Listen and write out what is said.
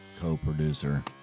co-producer